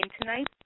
tonight